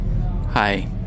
Hi